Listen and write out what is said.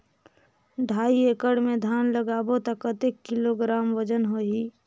ढाई एकड़ मे धान लगाबो त कतेक किलोग्राम वजन होही?